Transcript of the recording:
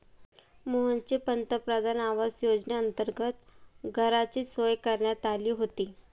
मोहनची पंतप्रधान आवास योजनेअंतर्गत घराची सोय करण्यात आली होती